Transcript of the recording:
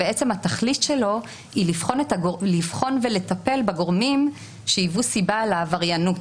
בעצם התכלית שלו היא לבחון ולטפל בגורמים שהיוו סיבה לעבריינות.